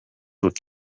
with